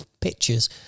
pictures